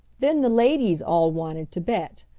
then the ladies all wanted to bet,